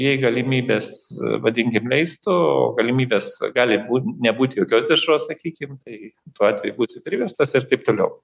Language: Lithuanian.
jei galimybės vadinkim leistų o galimybės gali būt nebūti jokios dešros sakykim tai tuo atveju būsiu priverstas ir taip toliau